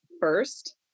first